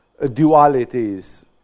dualities